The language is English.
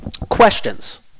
Questions